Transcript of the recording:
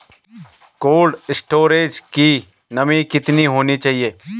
Cold storage की नमी कितनी होनी चाहिए?